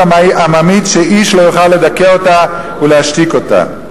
עממית שאיש לא יוכל לדכא אותה ולהשתיק אותה.